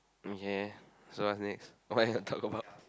okay so what's next what you want talk about